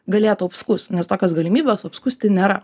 galėtų apskųst nes tokios galimybės apskųsti nėra